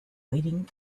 waiting